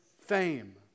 fame